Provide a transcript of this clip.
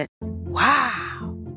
Wow